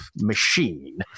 machine